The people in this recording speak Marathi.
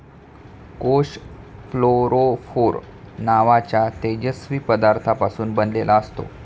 कोष फ्लोरोफोर नावाच्या तेजस्वी पदार्थापासून बनलेला असतो